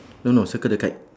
no no circle the kite